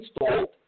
installed